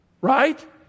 right